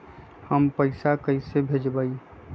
हम पैसा कईसे भेजबई?